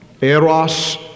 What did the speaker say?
eros